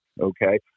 okay